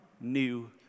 new